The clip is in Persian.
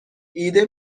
ایده